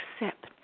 accept